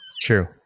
True